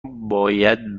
باید